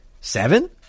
Seven